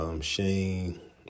Shane